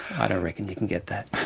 i don't reckon you can get that.